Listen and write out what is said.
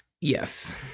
Yes